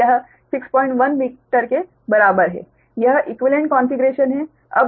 तो यह 61 मीटर के बराबर है यह इक्वीवेलेंट कॉन्फ़िगरेशन है